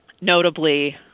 Notably